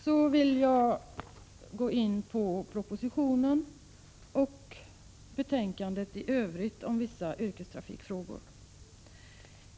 Jag vill också beröra de övriga yrkestrafikfrågor som tas upp i propositionen och betänkandet.